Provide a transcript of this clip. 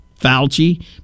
Fauci